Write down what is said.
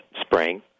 spring